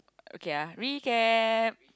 okay I recap